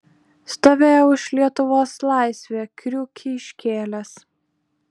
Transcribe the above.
stovėjau už lietuvos laisvę kriukį iškėlęs